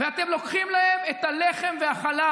אתם לוקחים להם את הלחם והחלב.